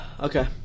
Okay